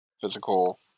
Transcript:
physical